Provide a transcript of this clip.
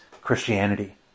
Christianity